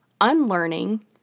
unlearning